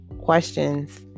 questions